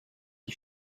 die